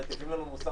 מטיפים לנו מוסר.